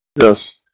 Yes